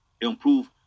improve